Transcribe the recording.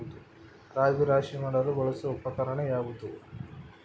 ರಾಗಿ ರಾಶಿ ಮಾಡಲು ಬಳಸುವ ಉಪಕರಣ ಯಾವುದು?